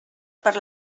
per